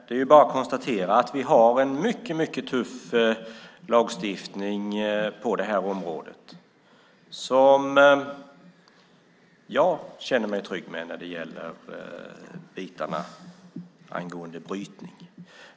Det är bara att konstatera att vi har en mycket tuff lagstiftning på detta område som jag känner mig trygg med när det gäller brytning.